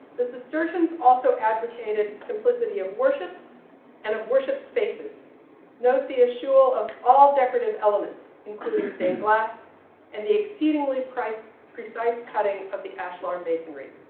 the cistercians also advocated simplicity of worship and of worship spaces note the issue of all decorative elements including stained glass and the exceedingly precise precise cutting of the ashlar masonry